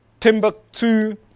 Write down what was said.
Timbuktu